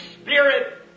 Spirit